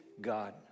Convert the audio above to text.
God